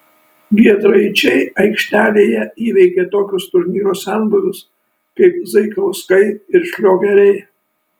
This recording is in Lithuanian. giedraičiai aikštelėje įveikė tokius turnyro senbuvius kaip zaikauskai ir šliogeriai